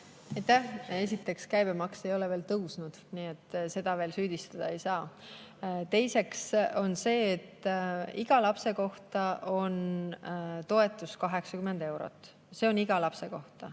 Esiteks, käibemaks ei ole veel tõusnud, nii et seda veel süüdistada ei saa. Teiseks, iga lapse kohta on toetus 80 eurot. See 80 eurot on iga lapse kohta.